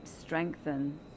strengthen